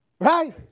Right